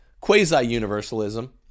quasi-universalism